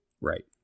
Right